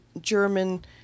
German